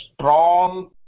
strong